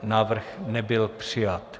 Návrh nebyl přijat.